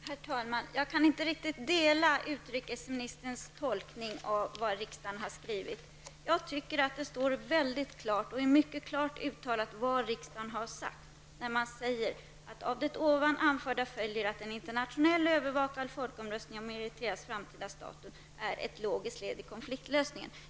Herr talman! Jag kan inte riktigt dela utrikesministerns tolkning av vad riksdagen har skrivit. Jag tycker att det är mycket klart uttalat vad riksdagen anser när man säger att av det ovan anförda följer att en internationellt övervakad folkomröstning om Eritreas framtida status är ett logiskt led i konfliktlösningen.